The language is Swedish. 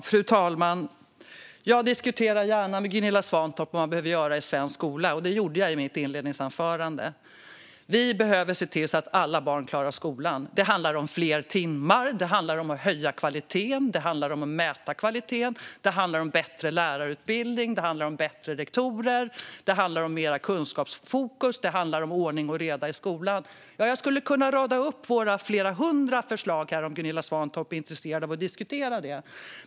Fru talman! Jag diskuterar gärna med Gunilla Svantorp vad man behöver göra i svensk skola. Jag redogjorde för vad vi tycker i mitt inledningsanförande. Vi behöver se till att alla barn klarar skolan. Det handlar om fler timmar, om att höja kvaliteten, om att mäta kvaliteten, om bättre lärarutbildning, om bättre rektorer, om mer kunskapsfokus och om ordning och reda i skolan. Jag skulle kunna rada upp våra flera hundra förslag om Gunilla Svantorp är intresserad av att diskutera dem.